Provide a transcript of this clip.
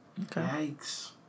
Yikes